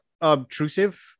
obtrusive